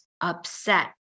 upset